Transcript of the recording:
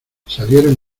salieron